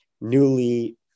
newly